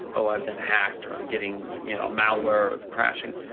oh, i've been hacked, or i'm getting you know malware of crashing,